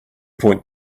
point